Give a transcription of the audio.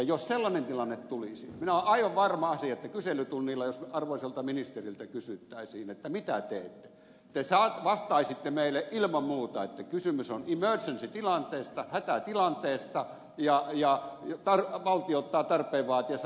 jos sellainen tilanne tulisi minä olen aivan varma asiasta että kyselytunnilla jos arvoisalta ministeriltä kysyttäisiin mitä teette te vastaisitte meille ilman muuta että kysymys on emergency tilanteesta hätätilanteesta ja valtio ottaa tarpeen vaatiessa lainaa